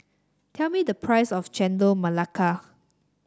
tell me the price of Chendol Melaka